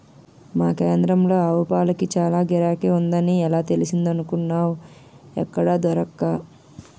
మా కేంద్రంలో ఆవుపాలకి చాల గిరాకీ ఉందని ఎలా తెలిసిందనుకున్నావ్ ఎక్కడా దొరక్క